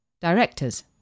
Directors